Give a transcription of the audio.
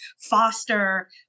foster